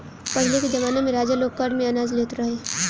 पहिले के जमाना में राजा लोग कर में अनाज लेत रहे